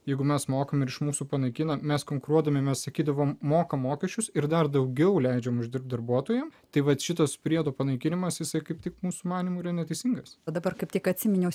jeigu mes mokame virš mūsų panaikino mes konkuruotumėme sakydavome moka mokesčius ir dar daugiau leidžiame uždirbti darbuotojui tai vat šitas priedo panaikinimas jis kaip tik mūsų manymu yra neteisingas o dabar kaip tik atsiminiau